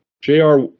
JR